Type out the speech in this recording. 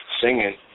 singing